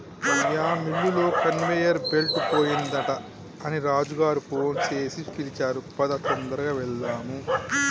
అయ్యా మిల్లులో conveyor belt పోయిందట అని రాజు గారు ఫోన్ సేసి పిలిచారు పదా తొందరగా వెళ్దాము